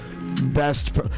Best